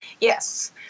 Yes